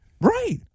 Right